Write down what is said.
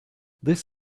this